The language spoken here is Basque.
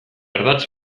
ardatz